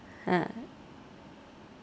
ha